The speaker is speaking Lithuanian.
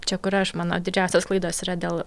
čia kur aš mano didžiausios klaidos yra dėl